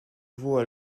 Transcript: vaut